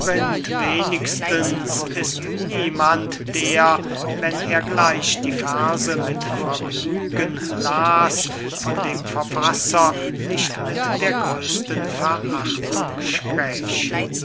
wenigstens ist niemand der wenn er gleich die verse mit vergnügen las von dem verfasser nicht mit der größten verachtung spräche